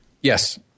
Yes